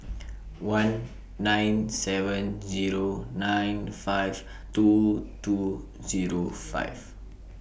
one nine seven Zero nine five two two Zero five